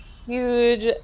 huge